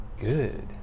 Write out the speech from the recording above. good